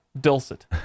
dulcet